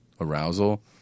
arousal